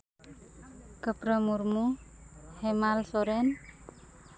ᱠᱟᱹᱯᱨᱟᱹ ᱢᱩᱨᱢᱩ ᱦᱮᱢᱟᱞ ᱥᱚᱨᱮᱱ